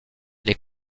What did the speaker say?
les